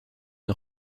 une